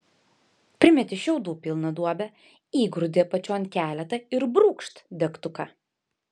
primeti šiaudų pilną duobę įgrūdi apačion keletą ir brūkšt degtuką